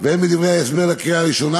והן בדברי ההסבר לקריאה הראשונה,